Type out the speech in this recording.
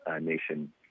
nation